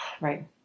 right